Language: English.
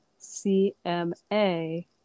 C-M-A